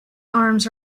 arms